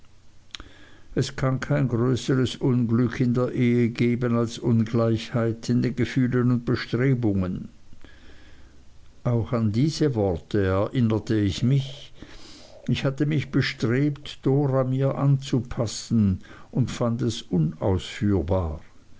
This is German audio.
es kann kein größeres unglück in der ehe geben als ungleichheit in den gefühlen und bestrebungen auch an diese worte erinnerte ich mich ich hatte mich bestrebt dora mir anzupassen und fand es unausführbar